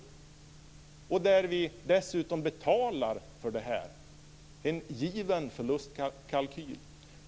Vi betalar dessutom för detta. Det är en given förlustkalkyl.